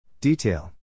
Detail